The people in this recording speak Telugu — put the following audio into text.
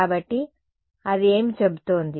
కాబట్టి అది ఏమి చెబుతోంది